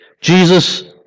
Jesus